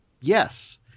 Yes